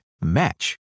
match